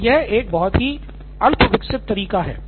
तो यह एक बहुत ही अल्पविकसित तरीका है